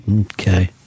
Okay